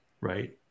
right